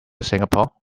singapore